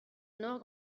nor